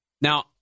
Now